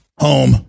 home